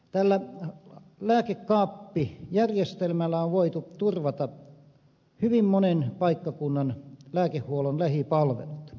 tällä lääkekaappijärjestelmällä on voitu turvata hyvin monen paikkakunnan lääkehuollon lähipalvelut